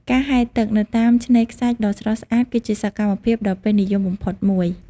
ការហែលទឹក នៅតាមឆ្នេរខ្សាច់ដ៏ស្រស់ស្អាតគឺជាសកម្មភាពដ៏ពេញនិយមបំផុតមួយ។